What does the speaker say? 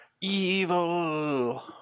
Evil